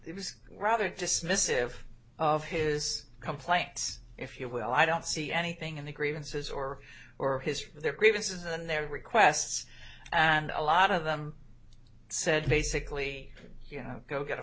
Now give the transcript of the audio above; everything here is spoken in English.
it was rather dismissive of his complaints if you will i don't see anything in the grievances or or history of their grievances and their requests and a lot of them said basically you know go get a